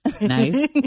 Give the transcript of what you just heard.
Nice